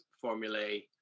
formulae